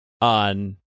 on